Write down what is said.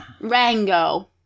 Rango